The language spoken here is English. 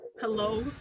hello